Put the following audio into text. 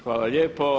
Hvala lijepo.